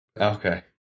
Okay